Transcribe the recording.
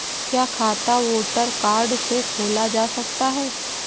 क्या खाता voter card से खोला जा सकता है?